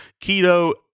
keto